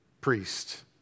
priest